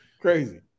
Crazy